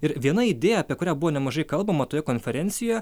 ir viena idėja apie kurią buvo nemažai kalbama toje konferencijoje